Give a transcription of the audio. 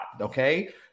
Okay